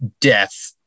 death